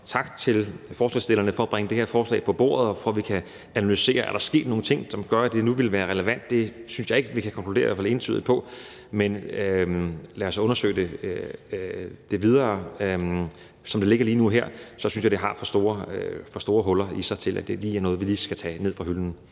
tak til forslagsstillerne for at bringe det her forslag på bordet og for, at vi kan analysere, om der er sket nogle ting, som gør, at det nu vil være relevant. Det synes jeg ikke vi kan konkludere noget på, i hvert fald ikke entydigt, men lad os undersøge det videre. Sådan som det ligger lige nu og her, synes jeg, det har for store huller i sig, til at det er noget, vi lige skal tage ned fra hylden.